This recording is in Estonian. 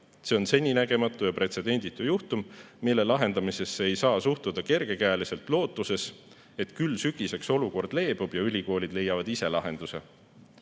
See on seninägematu, pretsedenditu juhtum, mille lahendamisse ei saa suhtuda kergekäeliselt, lootuses, et küll sügiseks olukord leebub ja ülikoolid leiavad ise lahenduse.